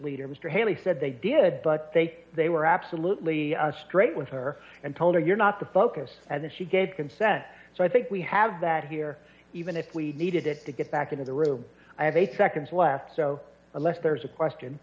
mislead or mr haley said they did but they they were absolutely straight with her and told her you're not the focus and that she gave consent so i think we have that here even if we needed it to get back into the room i have eight seconds left so unless there's a question